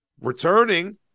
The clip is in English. Returning